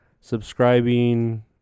subscribing